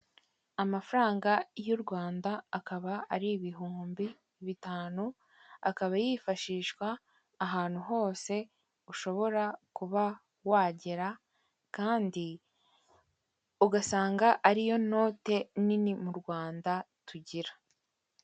Iri ni duka ritoya ry'ikigo cy'itumanaho gikorera mu Rwanda gikoresha ibara ry'umuhondo hari umufatabuguzi ushaka ubufasha mu bijyanye no kwakira, kohereza amafaranga, kuyabitsa cyangwa kuyabikuza cyangwa se no kwishyura ibyo yaguze cyangwa no kugura amayinite, kugura umuriro n'ibintu byinshi bitandukanye uyu muntu yamufasha.